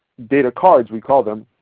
data cards we call them,